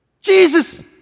Jesus